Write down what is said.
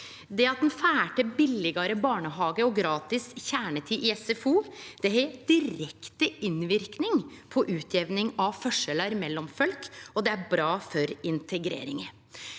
Det at ein får til billegare barnehage og gratis kjernetid i SFO, har direkte innverknad på utjamning av forskjellar mellom folk, og det er bra for integreringa.